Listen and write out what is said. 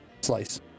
Slice